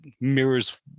mirrors